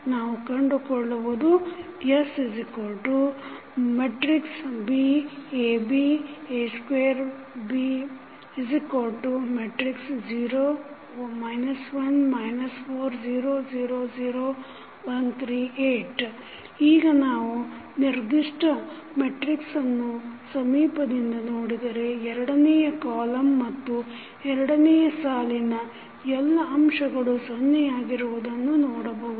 ನಾವು ಕಂಡುಕೊಳ್ಳುವುದು SB AB A2B 0 1 4 0 0 0 1 3 8 ಈಗ ನೀವು ಈ ನಿರ್ಧಿಷ್ಟ ಮೆಟ್ರಿಕ್ಸನ್ನು ಸಮೀಪದಿಂದ ನೋಡಿದರೆ ಎರಡನೆಯ ಕಾಲಮ್ ಮತ್ತು ಎರಡನೆಯ ಸಾಲಿನ ಎಲ್ಲ ಅಂಶಗಳೂ ಸೊನ್ನೆಯಾಗಿರುವುದನ್ನು ನೋಡಬಹುದು